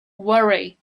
worry